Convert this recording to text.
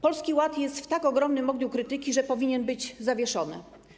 Polski Ład jest w tak ogromnym ogniu krytyki, że powinien być zawieszony.